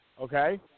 okay